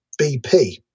BP